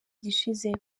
gishize